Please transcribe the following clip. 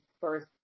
first